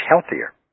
healthier